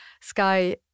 Sky